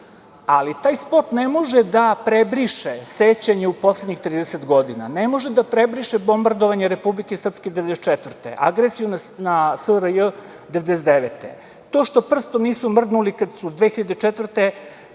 ali taj spot ne može da prebriše sećanje u poslednjih 30 godina, ne može da prebriše bombardovanje Republike Srpske 1994. godine, agresiju na SRJ 1999. godine. To što prstom nisu mrdnuli kada su 2004.